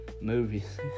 movies